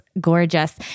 gorgeous